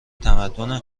تمدن